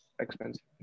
expensive